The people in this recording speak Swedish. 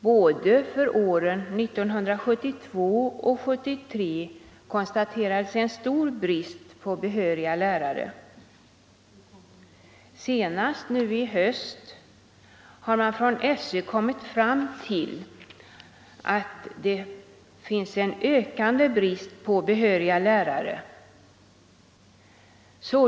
Både för år 1972 och 1973 har man då konstaterat en stor brist på behöriga lärare. Senast i höstas kom SÖ fram till att det föreligger en ökande brist på behöriga lärare.